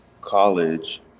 college